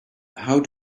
how